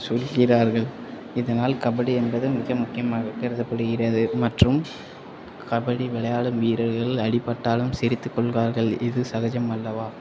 சொல்கிறார்கள் இதனால் கபடி என்பது மிக முக்கியமாக கருதப்படுகிறது மற்றும் கபடி விளையாடும் வீரர்கள் அடிபட்டாலும் சிரித்து கொள்வார்கள் இது சகஜம் அல்லவா